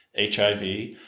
HIV